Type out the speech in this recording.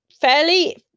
fairly